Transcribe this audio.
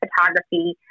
photography